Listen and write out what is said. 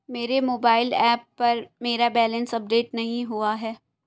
मेरे mobile app पर मेरा बैलेंस अपडेट नहीं हुआ है